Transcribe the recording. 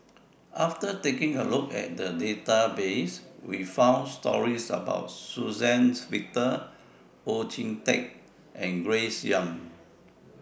after taking A Look At The Database We found stories about Suzann Victor Oon Jin Teik and Grace Young